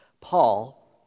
Paul